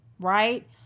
right